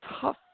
tough